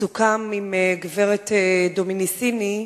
סוכם עם גברת דומיניסיני,